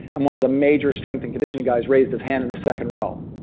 and one of the major strength and conditioning guys raised his hand in the second row.